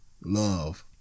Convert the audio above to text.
Love